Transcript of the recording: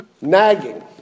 Nagging